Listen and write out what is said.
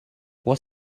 what